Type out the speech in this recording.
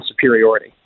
superiority